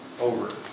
over